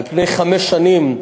על פני חמש שנים,